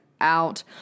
out